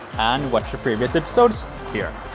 and watch the previous episodes here!